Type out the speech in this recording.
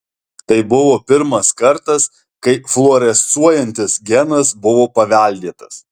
tai buvo pirmas kartas kai fluorescuojantis genas buvo paveldėtas